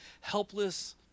helpless